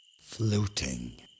floating